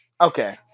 Okay